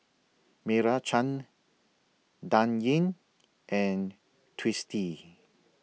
Meira Chand Dan Ying and Twisstii